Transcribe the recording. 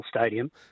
stadium